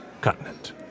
continent